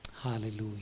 Hallelujah